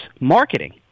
marketing